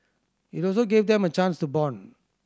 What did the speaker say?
it also gave them a chance to bond